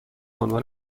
عنوان